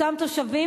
אותם תושבים,